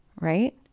right